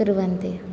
कुर्वन्ति